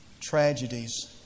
tragedies